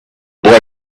boy